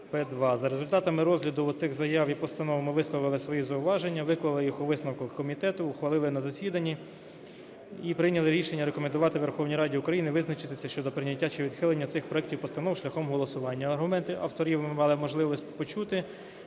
За результатами розгляду цих заяв і постанов ми висловили свої зауваження, виклали їх у висновку комітету, ухвалили на засіданні і прийняли рішення рекомендувати Верховній Раді визначитися щодо прийняття чи відхилення цих проектів постанов шляхом голосування. Аргументи авторів ви мали можливість почути.